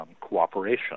cooperation